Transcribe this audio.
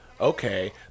Okay